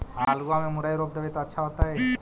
आलुआ में मुरई रोप देबई त अच्छा होतई?